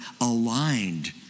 aligned